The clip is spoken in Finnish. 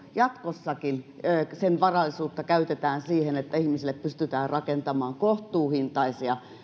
jatkossakin valtion asuntorahaston varallisuutta käytetään siihen että ihmisille pystytään rakentamaan kohtuuhintaisia